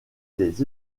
des